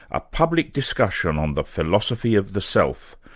a public discussion on the philosophy of the self.